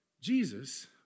Jesus